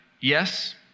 yes